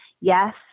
yes